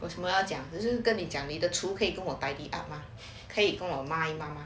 我有什么要讲我是要跟你讲你的橱可以跟我 tidy up mah 可以跟我抹一抹